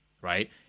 right